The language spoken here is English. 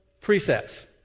precepts